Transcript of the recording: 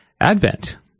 Advent